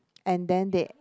and then they